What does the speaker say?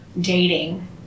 dating